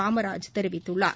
காமராஜ் தெரிவித்துள்ளார்